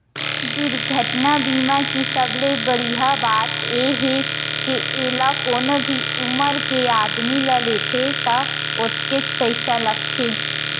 दुरघटना बीमा के सबले बड़िहा बात ए हे के एला कोनो भी उमर के आदमी ह लेथे त ओतकेच पइसा लागथे